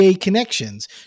connections